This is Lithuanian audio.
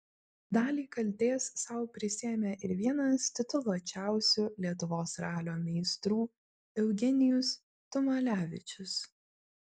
dalį kaltės sau prisiėmė ir vienas tituluočiausių lietuvos ralio meistrų eugenijus tumalevičius